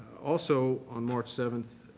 also on march seventh,